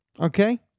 Okay